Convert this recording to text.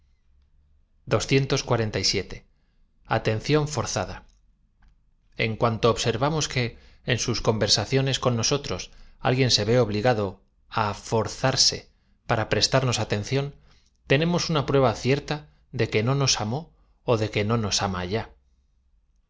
tención forzada en cuanto observamos que en sua conversaciones con nosotroa alguien se v e obligado á forzarse para prestarnos atención tenemos una prueba cierta de que no nos am ó ó de que no nos am a ya